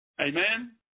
Amen